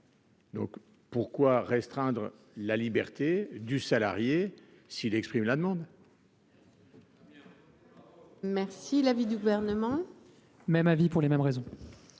Pourquoi restreindre la liberté du salarié s'il exprime une telle demande ? Quel est l'avis du Gouvernement ? Même avis, pour les mêmes raisons.